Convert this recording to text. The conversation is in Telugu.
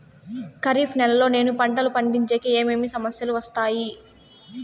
ఖరీఫ్ నెలలో నేను పంటలు పండించేకి ఏమేమి సమస్యలు వస్తాయి?